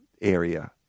area